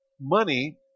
money